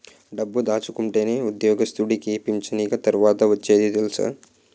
డబ్బు దాసుకుంటేనే ఉద్యోగస్తుడికి పింఛనిగ తర్వాత ఒచ్చేది తెలుసా